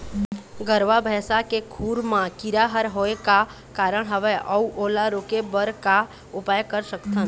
गरवा भैंसा के खुर मा कीरा हर होय का कारण हवए अऊ ओला रोके बर का उपाय कर सकथन?